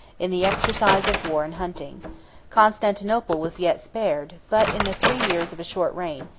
in the exercise of war and hunting constantinople was yet spared but in the three years of a short reign,